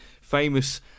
famous